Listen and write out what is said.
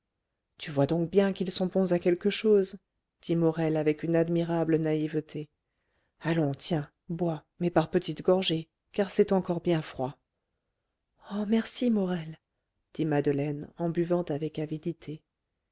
tu vois donc bien qu'ils sont bons à quelque chose dit morel avec une admirable naïveté allons tiens bois mais par petites gorgées car c'est encore bien froid oh merci morel dit madeleine en buvant avec avidité